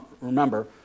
remember